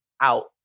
out